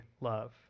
love